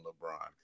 LeBron